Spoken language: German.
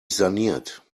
saniert